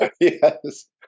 Yes